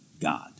God